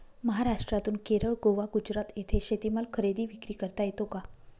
महाराष्ट्रातून केरळ, गोवा, गुजरात येथे शेतीमाल खरेदी विक्री करता येतो का?